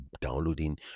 downloading